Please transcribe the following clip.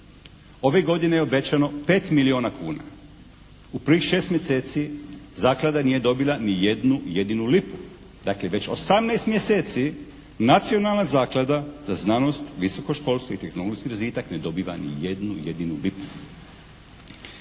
Ove godine je obećano pet milijuna kuna. U prvih šest mjeseci zaklada nije dobila ni jednu jedinu lipu. Dakle, već 18 mjeseci Nacionalna zaklada za znanost, visoko školstvo i tehnologijski razvitak ne dobiva ni jednu jedinu lipu.